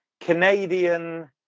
canadian